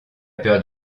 peur